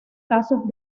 casos